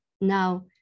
Now